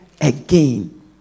again